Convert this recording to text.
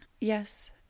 Yes